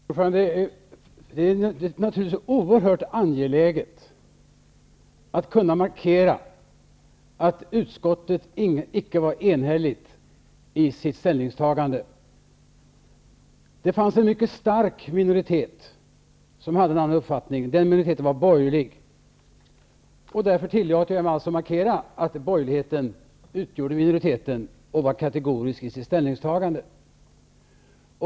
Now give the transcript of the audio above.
Herr talman! Det är naturligtvis oerhört angeläget att kunna markera att utskottet icke var enhälligt i sitt ställningstagande. Det fanns en mycket stark minoritet som hade en annan uppfattning. Den minoriteten var borgerlig. Därför tillåter jag mig att markera att borgerligheten utgjorde minoriteten och var kategorisk i sitt ställningstagande.